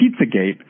Pizzagate